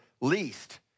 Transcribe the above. least